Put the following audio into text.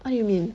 what you mean